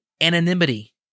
anonymity